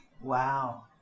Wow